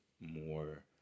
more